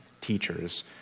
teachers